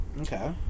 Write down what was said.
Okay